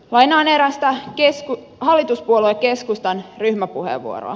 lainaan erästä hallituspuolue keskustan ryhmäpuheenvuoroa